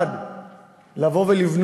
1. לבוא ולבנות